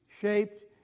shaped